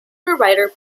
writer